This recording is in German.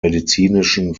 medizinischen